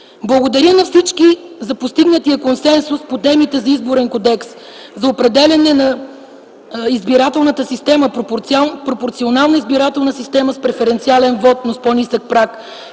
Благодаря на всички за постигнатия консенсус по темите за Изборен кодекс, за определяне на избирателната система – пропорционална избирателна система с преференциален вот на по-нисък праг.